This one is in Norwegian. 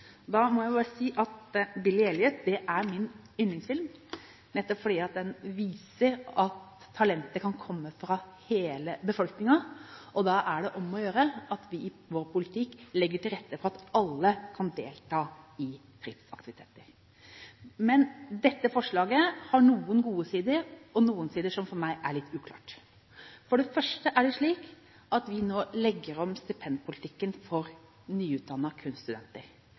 Da må jeg bare si at Billy Elliot er min yndlingsfilm, nettopp fordi den viser at talentet kan komme fra hele befolkningen, og da er det om å gjøre at vi i vår politikk legger til rette for at alle kan delta i fritidsaktiviteter. Men dette forslaget har noen gode sider og noen sider som for meg er litt uklare. For det første er det slik at vi nå legger om stipendpolitikken for nyutdannede kunststudenter.